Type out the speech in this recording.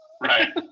Right